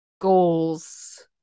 goals